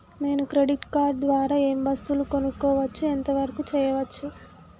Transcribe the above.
నేను credit card ద్వారా ఏం వస్తువులు కొనుక్కోవచ్చు ఎంత వరకు చేయవచ్చు?